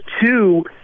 two